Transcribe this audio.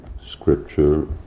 scripture